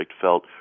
felt